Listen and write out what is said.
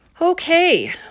Okay